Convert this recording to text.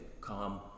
calm